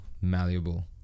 malleable